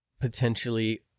potentially